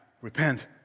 repent